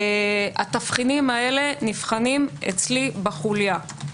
התבחינים האלה נבחנים אצלי בחוליה.